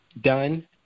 Done